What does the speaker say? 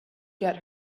get